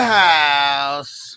house